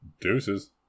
Deuces